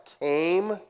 came